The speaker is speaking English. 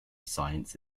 science